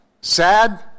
sad